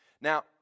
Now